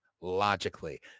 logically